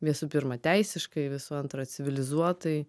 visų pirma teisiškai visų antra civilizuotai